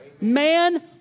Man